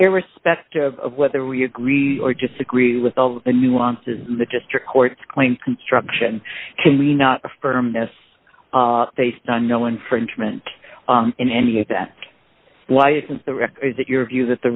irrespective of whether we agree or disagree with all the nuances the district courts claim construction can we not affirm this based on no infringement in any of that why isn't the record is that your view that the